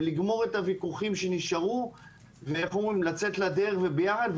לגמור את הוויכוחים שנשארו ולצאת לדרך ביחד.